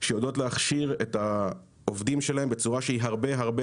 שיודעות להכשיר את העובדים שלהן בצורה שהיא הרבה הרבה